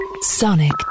Sonic